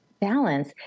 balance